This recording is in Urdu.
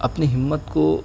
اپنی ہمت کو